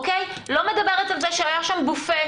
אני לא מדברת על זה שהיה שם בופה,